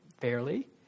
fairly